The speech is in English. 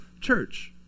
church